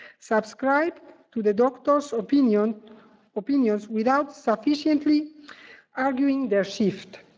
subscribe to the doctor's opinions opinions without sufficiently arguing their shift.